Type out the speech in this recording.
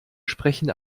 sprechen